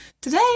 Today